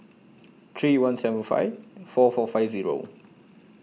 three one seven five four four five Zero